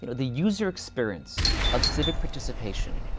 you know the user experience of civic participation,